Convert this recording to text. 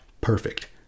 perfect